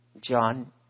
John